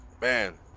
man